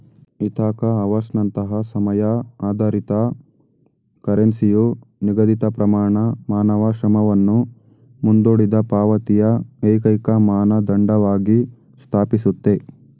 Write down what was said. Ithaca ಅವರ್ಸ್ನಂತಹ ಸಮಯ ಆಧಾರಿತ ಕರೆನ್ಸಿಯು ನಿಗದಿತಪ್ರಮಾಣ ಮಾನವ ಶ್ರಮವನ್ನು ಮುಂದೂಡಿದಪಾವತಿಯ ಏಕೈಕಮಾನದಂಡವಾಗಿ ಸ್ಥಾಪಿಸುತ್ತೆ